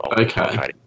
okay